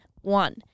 One